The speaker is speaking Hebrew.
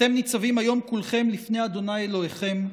"אתם נצבים היום כלכם לפני ה' אלהיכם,